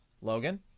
Logan